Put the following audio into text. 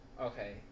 Okay